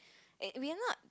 we are not